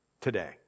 today